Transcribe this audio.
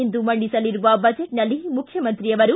ಇಂದು ಮಂಡಿಸಲಿರುವ ಬಜೆಟ್ನಲ್ಲಿ ಮುಖ್ಯಮಂತ್ರಿ ಅವರು